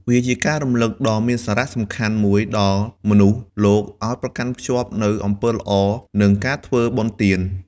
វាជាការរំឭកដ៏មានសារៈសំខាន់មួយដល់មនុស្សលោកឲ្យប្រកាន់ខ្ជាប់នូវអំពើល្អ និងការធ្វើបុណ្យទាន។